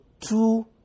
two